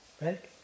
Right